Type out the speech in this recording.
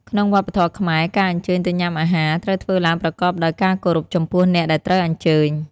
ក្នុងវប្បធម៍ខ្មែរ ការអញ្ជើញទៅញ៉ាំអាហារ ត្រូវធ្វើឡើងប្រកបដោយការគោរពចំពោះអ្នកដែលត្រូវអញ្ជើញ។